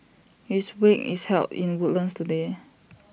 his wake is held in Woodlands today